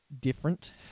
different